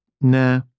nah